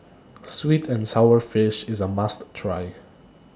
Sweet and Sour Fish IS A must Try